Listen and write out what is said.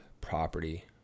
property